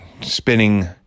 spinning